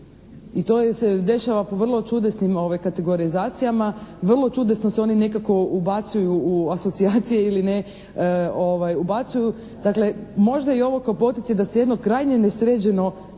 i to se dešava po vrlo čudesnim kategorizacijama, vrlo čudesno se oni nekako ubacuju u asocijacije ili ne ubacuju. Dakle, možda je ovo kao poticaj da se jedno krajnje nesređeno segment